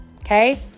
Okay